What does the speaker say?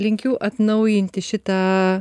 linkiu atnaujinti šitą